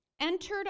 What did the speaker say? entered